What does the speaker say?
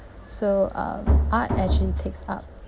so uh art actually takes up